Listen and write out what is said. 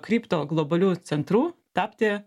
kripto globalių centrų tapti